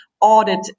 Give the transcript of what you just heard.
audit